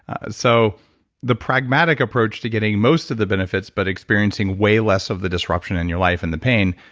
so the pragmatic approach to getting most of the benefits, but experiencing way less of the disruption in your life and the pain,